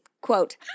Quote